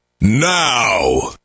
now